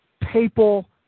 papal